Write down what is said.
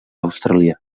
australià